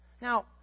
Now